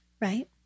Right